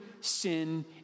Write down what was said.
sin